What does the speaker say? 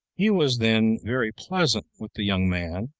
he was then very pleasant with the young man,